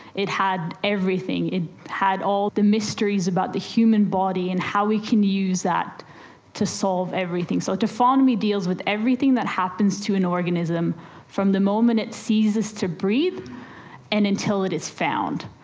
it had everything, it had all the mysteries about the human body and how we can use that to solve everything. so taphonomy deals with everything that happens to an organism from the moment it ceases to breathe and until it is found.